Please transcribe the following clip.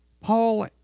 Paul